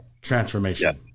transformation